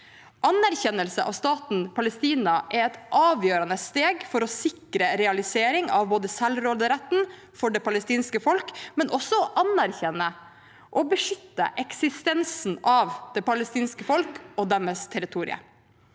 Anerkjennelse av staten Palestina er et avgjørende steg for å sikre realisering av selvråderetten for det palestinske folk, men også å anerkjenne og beskytte eksistensen til det palestinske folk og deres territorium.